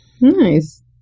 Nice